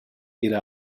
إلى